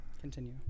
continue